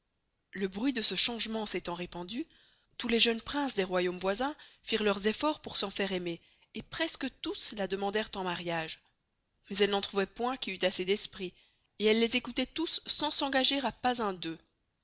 le bruit de ce changement s'estant répandu tous les jeunes princes des royaumes voisins firent leurs efforts pour s'en faire aimer et presque tous la demanderent en mariage mais elle n'en trouvoit point qui eust assez d'esprit et elle les écoutoit tous sans s'engager à pas un d'eux